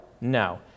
No